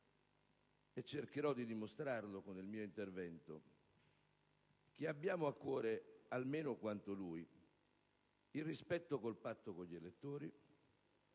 cercherò di dimostrare, con il mio intervento, che abbiamo a cuore, almeno quanto lei, il rispetto del patto con gli elettori